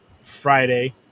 Friday